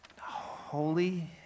holy